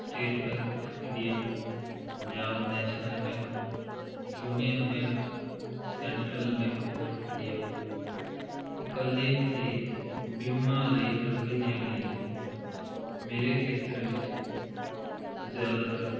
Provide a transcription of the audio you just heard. state bank of India Punjab national bank union bank central bank of India ਇਕੱਲੇ ਅਤੇ ਬੀਮਾ ਲਈ ਅਰਜ਼ੀ ਦੇਣ ਲਈ ਮੇਰੇ ਖੇਤਰ ਵਿੱਚ ਜ਼ਿਆਦਾਤਰ